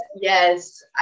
yes